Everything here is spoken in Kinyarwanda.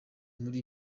muri